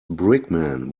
brickman